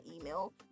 email